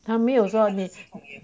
他没有说你